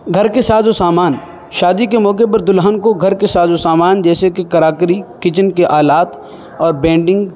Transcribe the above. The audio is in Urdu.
گھر کے ساز و سامان شادی کے موقع پر دلہن کو گھر کے ساز و سامان جیسے کہ کراکری کچن کے آلات اور بینڈنگ